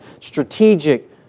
strategic